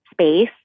space